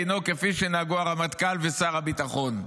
לנהוג כפי שנהגו הרמטכ"ל ושר הביטחון.